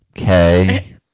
Okay